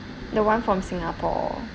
the [one] from singapore